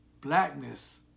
blackness